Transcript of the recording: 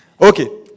Okay